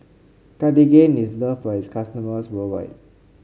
Cartigain is loved by its customers worldwide